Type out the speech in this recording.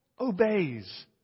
obeys